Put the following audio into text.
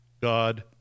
God